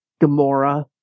Gamora